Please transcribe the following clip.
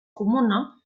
comuna